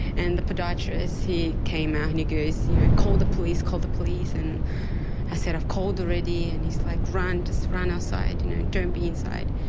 and the podiatrist he came out and he goes you know call the police, call the police and i said i've called them already and he's like run, just run outside you know don't be inside.